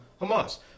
Hamas